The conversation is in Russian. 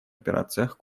операциях